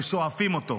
ושואפים אותו.